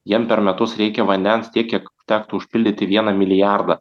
jiem per metus reikia vandens tiek kiek tektų užpildyti vieną milijardą